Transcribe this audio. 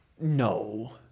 No